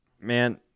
Man